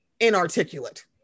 inarticulate